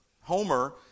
Homer